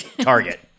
target